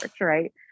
right